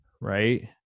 Right